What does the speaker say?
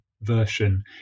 version